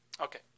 Okay